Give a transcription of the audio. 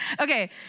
Okay